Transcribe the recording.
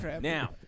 Now